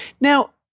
Now